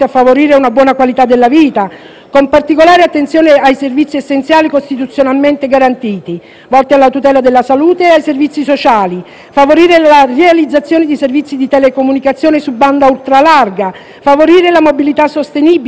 con particolare attenzione ai servizi essenziali costituzionalmente garantiti, volti alla tutela della salute e ai servizi sociali, a favorire la realizzazione di servizi di telecomunicazione su banda ultralarga e la mobilità sostenibile, a migliorare i servizi di trasporto